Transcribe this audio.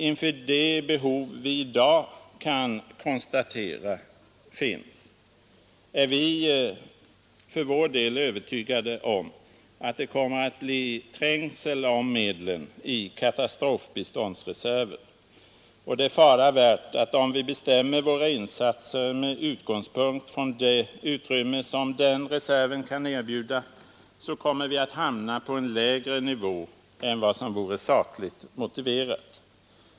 Inför de behov som i dag kan konstateras är vi för vår del övertygade om att det kommer att bli trängsel om medlen i katastrofbiståndsreserven. Det är fara värt att om vi från svensk sida bestämmer våra insatser med utgångspunkt i det utrymme som den reserven kan erbjuda, så kommer vi att hamna på en lägre nivå än vad som vore sakligt motiverat.